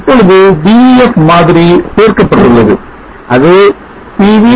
இப்பொழுது Def மாதிரி சேர்க்கப்பட்டுள்ளது அது pv